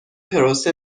پروسه